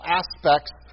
aspects